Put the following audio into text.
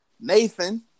Nathan